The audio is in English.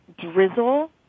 drizzle